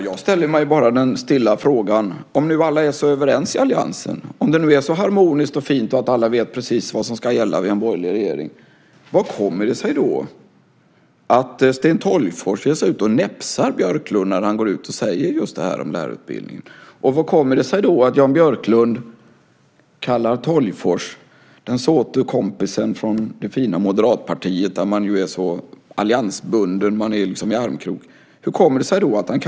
Herr talman! Jag frågar bara stillsamt: Om nu alla i alliansen är så överens, om det nu är så harmoniskt och fint och alla vet precis vad som ska gälla vid en borgerlig regering - hur kommer det sig då att Sten Tolgfors ger sig ut och näpsar Björklund när han säger detta om lärarutbildningen? Hur kommer det sig att Jan Björklund kallar Sten Tolgfors, den såte kompisen från det fina moderatpartiet som man är i allians och i armkrok med, för åsiktspolis?